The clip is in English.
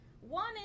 One